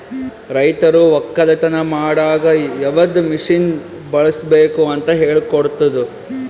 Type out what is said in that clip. ರೈತರು ಒಕ್ಕಲತನ ಮಾಡಾಗ್ ಯವದ್ ಮಷೀನ್ ಬಳುಸ್ಬೇಕು ಅಂತ್ ಹೇಳ್ಕೊಡ್ತುದ್